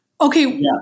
okay